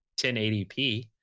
1080p